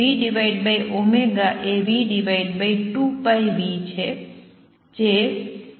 vω એ v2πν છે જે વેવલેન્થ ભાગ્યા 2 છે